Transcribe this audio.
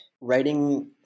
writing